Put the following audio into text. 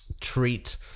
treat